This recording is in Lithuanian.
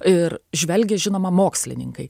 ir žvelgia žinoma mokslininkai